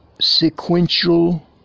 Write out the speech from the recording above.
sequential